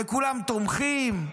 וכולם תומכים,